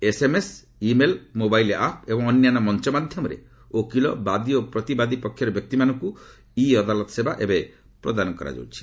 SMS email mobile app ଏବଂ ଅନ୍ୟାନ୍ୟ ମଞ୍ଚ ମାଧ୍ୟମରେ ଓକିଲ ବାଦି ଓ ପ୍ରତିବାଦି ପକ୍ଷର ବ୍ୟକ୍ତିମାନଙ୍କୁ ଇ ଅଦାଲତ ସେବା ଏବେ ପ୍ରଦାନ କରାଯାଉଛି